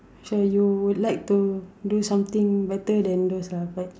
so you like to do something better than those ah but